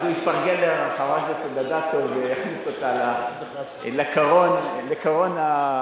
אז הוא יפרגן לחברת הכנסת אדטו והוא יכניס אותה לקרון ה-VIP.